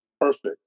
perfect